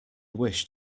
wish